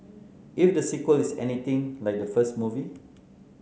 if the sequel is anything like the first movie